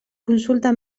consulta